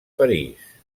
parís